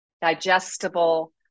digestible